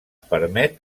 permet